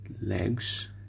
legs